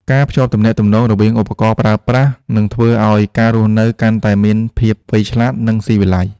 ការភ្ជាប់ទំនាក់ទំនងរវាងឧបករណ៍ប្រើប្រាស់នឹងធ្វើឱ្យការរស់នៅកាន់តែមានភាពវៃឆ្លាត និងស៊ីវិល័យ។